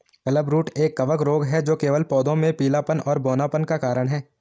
clubroot एक कवक रोग है जो केवल पौधों में पीलापन और बौनापन का कारण है